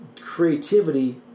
creativity